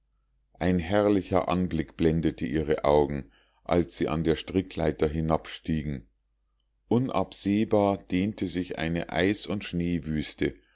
ein herrlicher anblick blendete ihre augen als sie an der strickleiter hinabstiegen unabsehbar dehnte sich eine eis und schneewüste